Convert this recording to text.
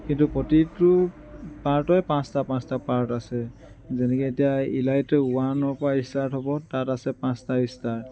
কিন্তু প্ৰতিটো পাৰ্টেই পাঁচটা পাঁচটা পাৰ্ট আছে যেনেকৈ এতিয়া ইলাইটো ওৱানৰপৰা ষ্টাৰ্ট হ'ব তাত আছে পাঁচটা ষ্টাৰ